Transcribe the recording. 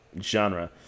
genre